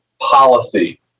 policy